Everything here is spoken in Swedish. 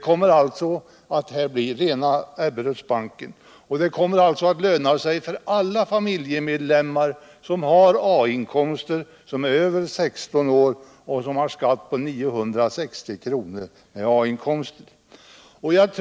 Här blir det alltså rena Ebberöds bank, och det kommer att löna sig för alla familjemedlemmar som har A-inkomster, som är över 16 år och som betalar en skatt på 960 kronor.